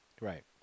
Right